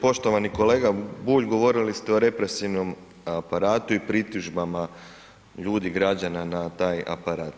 Poštovani kolega Bulj, govorili ste o represivnom aparatu i pritužbama ljudi, građana na taj aparat.